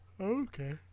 Okay